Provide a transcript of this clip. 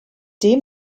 dem